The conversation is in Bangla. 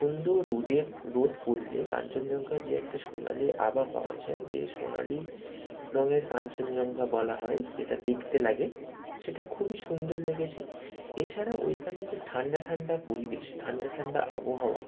সুন্দর রোদের রোদ পুড়লে কাঞ্চনজঙ্গা যে একটা সোনালি আভা পাওয়া যায় যে সোনালি রঙের কাঞ্চনজঙ্ঘা বলা হয় সেটা দেখতে লাগে সেটা খুবই সুন্দর লেগেছে এছাড়াও ওইখানের যে ঠান্ডা ঠান্ডা পরিবেশ ঠান্ডা ঠান্ডা আবহাওয়া